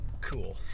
Cool